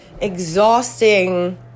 exhausting